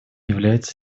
является